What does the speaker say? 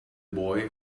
boy